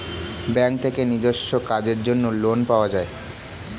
bank থেকে নিজস্ব কাজের জন্য লোন পাওয়া যায়